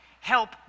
Help